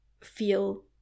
feel